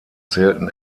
zählten